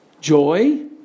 joy